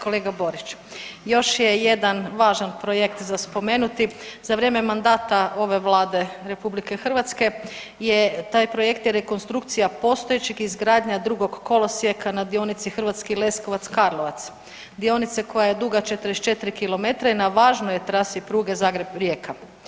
Kolega Boriću, još je jedan važan projekt za spomenuti, za vrijeme mandata ove Vlade RH je taj projekt rekonstrukcija postojećih i izgradnja drugog kolosijeka na dionici Hrvatski Leskovac-Karlovac, dionice koja je duga 44 km i na važnoj je trasi pruge Zagreb-Rijeka.